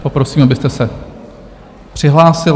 Poprosím, abyste se přihlásili.